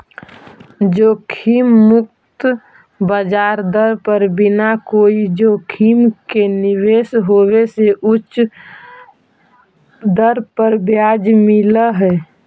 जोखिम मुक्त ब्याज दर पर बिना कोई जोखिम के निवेश होवे से उच्च दर पर ब्याज मिलऽ हई